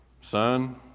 Son